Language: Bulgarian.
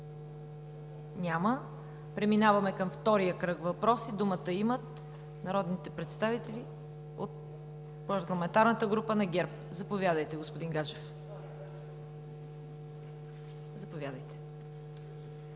Преминаваме към втория кръг въпроси. Думата имат народните представители от Парламентарната група на ГЕРБ. Заповядайте, господин Манев. МАНОИЛ